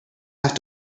have